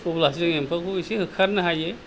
अब्लासो जोङो एम्फौखौ एसे होखारनो हायो